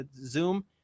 Zoom